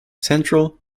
central